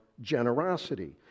generosity